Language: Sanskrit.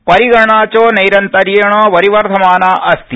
परिगणना च न्यान्तर्येण वरिवर्धमाना अस्ति